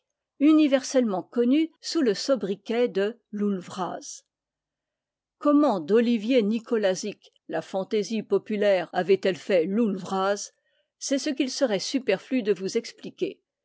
universellement connu sous le sobriquet de loull vraz comment d olivier nicolazic la fantaisie populaire avait-elle fait loull vraz c'est ce qu'il serait superflu de vous expliquer